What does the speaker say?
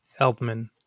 eldman